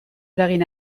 eragin